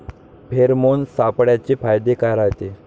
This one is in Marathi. फेरोमोन सापळ्याचे फायदे काय रायते?